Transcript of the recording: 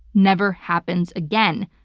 never happens again.